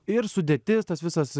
ir sudėtis tas visas